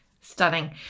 stunning